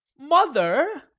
mother!